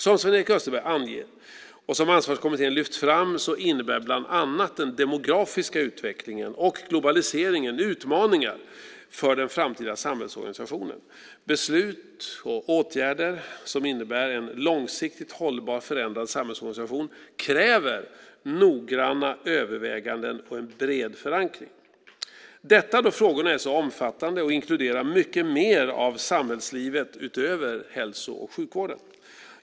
Som Sven-Erik Österberg anger och som Ansvarskommittén lyft fram innebär bland annat den demografiska utvecklingen och globaliseringen utmaningar för den framtida samhällsorganisationen. Beslut och åtgärder som innebär en långsiktigt hållbar förändrad samhällsorganisation kräver noggranna överväganden och en bred förankring, detta då frågorna är så omfattande och inkluderar mycket mer av samhällslivet utöver hälso och sjukvården.